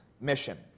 mission